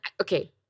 okay